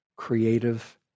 creative